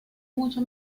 mucho